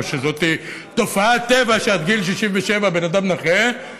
או שזאת תופעת טבע שעד גיל 67 אדם נכה,